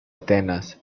atenas